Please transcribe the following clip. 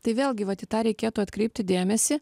tai vėlgi vat į tą reikėtų atkreipti dėmesį